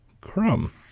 Crumb